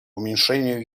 уменьшению